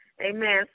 amen